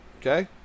Okay